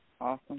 Awesome